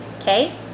okay